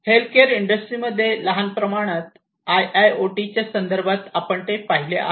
healthcare इंडस्ट्रीमध्ये लहान प्रमाणात आयआयओटी च्या संदर्भात आपण ते पाहिले आहे